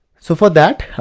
so for that,